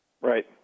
Right